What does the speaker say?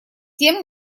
тем